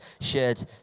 shared